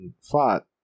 fought